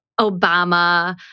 Obama